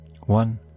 one